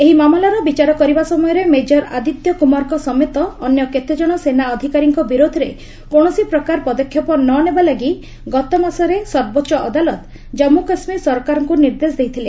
ଏହି ମାମଲାର ବିଚାର କରିବା ସମୟରେ ମେଜର୍ ଆଦିତ୍ୟ କୁମାରଙ୍କ ସମେତ ଅନ୍ୟ କେତେ ଜଣ ସେନା ଅଧିକାରୀଙ୍କ ବିରୋଧରେ କୌଣସି ପ୍ରକାର ପଦକ୍ଷେପ ନ ନେବାଲାଗି ଗତମାସରେ ସର୍ବୋଚ୍ଚ ଅଦାଲତ କମ୍ମୁ କାଶ୍ମୀର ସରକାରଙ୍କୁ ନିର୍ଦ୍ଦେଶ ଦେଇଥିଲେ